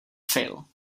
fail